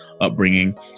upbringing